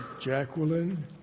Jacqueline